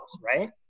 right